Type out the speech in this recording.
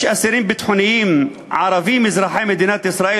יש אסירים ביטחוניים ערבים אזרחי מדינת ישראל